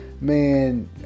Man